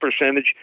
percentage